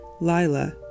Lila